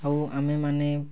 ଆଉ ଆମେମାନେ